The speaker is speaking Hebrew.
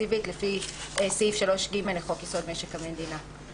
תקציבית לפי סעיף 3(ג) לחוק יסוד: משק המדינה.